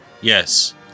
Yes